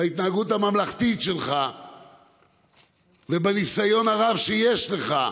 בהתנהגות הממלכתית שלך ובניסיון הרב שיש לך,